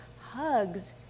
hugs